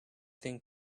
thing